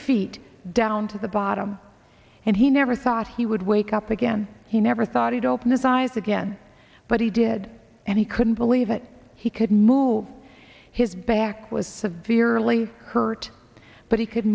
feet down to the bottom and he never thought he would wake up again he never thought he'd open his eyes again but he did and he couldn't believe it he could move his back was severely hurt but he could